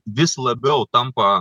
vis labiau tampa